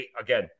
Again